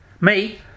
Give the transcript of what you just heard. Me